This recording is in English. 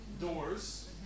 doors